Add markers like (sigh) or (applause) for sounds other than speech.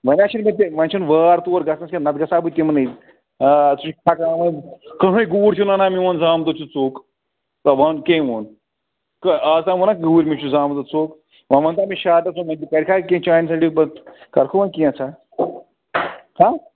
وۄنۍ ہا چھِنہٕ مےٚ تہِ وۄنۍ چھُنہٕ وار تور گژھنَس کیٚنٛہہ نَتہٕ گژھ ہا بہٕ تِمنٕے آ ژٕ چھُ (unintelligible) کٕہۭنۍ گوٗر چھُنہ وَنان میون زامہٕ دۄد چھُ ژوٚک تہ وَن کٔمۍ ووٚن آز تام ووٚنا گوٗرۍ مےٚ چھُ زامہٕ دۄد ژوٚک وۄنۍ وَنتا مےٚ شاٹَس منٛز (unintelligible) کرِکھا کیٚنٛہہ چانہِ سایڈٕ پَتہٕ کَرکھٕ وۄنۍ کینٛژاہ ہہ